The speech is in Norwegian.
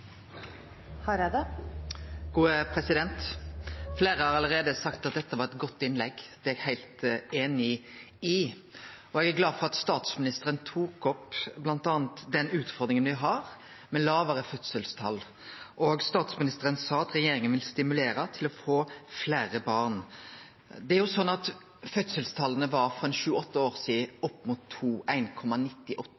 eg heilt einig i, og eg er glad for at statsministeren tok opp bl.a. den utfordringa me har med lågare fødselstal. Statsministeren sa at regjeringa vil stimulere til å få fleire barn. Fødselstalet var opp mot 1,98 i 2009. I 2017 har det